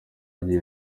zagiye